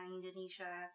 Indonesia